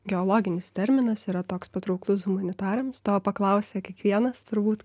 geologinis terminas yra toks patrauklus humanitarams to paklausia kiekvienas turbūt